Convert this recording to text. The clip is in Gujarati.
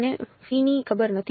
મને ફીની ખબર નથી